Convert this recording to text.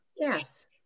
Yes